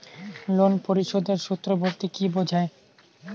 Loan পরিশোধের সূএ বলতে কি বোঝায়?